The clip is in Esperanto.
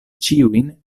ĉiujn